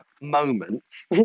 moments